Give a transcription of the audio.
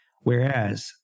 Whereas